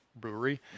brewery